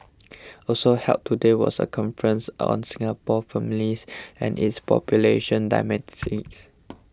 also held today was a conference on Singapore families and its population